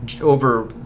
over